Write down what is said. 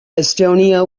estonia